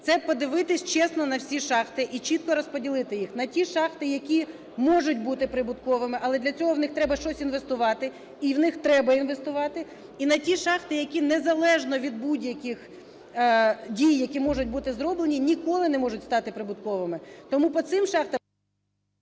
це подивитися чесно на всі шахти і чітко розподілити їх на ті шахти, які можуть бути прибутковими, але для цього в них треба щось інвестувати і в них треба інвестувати, і на ті шахти, які незалежно від будь-яких дій, які можуть бути зроблені, ніколи не можуть стати прибутковими. Тому по цим шахтам...